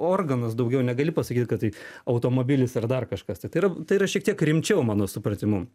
organas daugiau negali pasakyt kad tai automobilis ar dar kažkas tai yra tai yra šiek tiek rimčiau mano supratimu